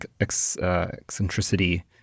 eccentricity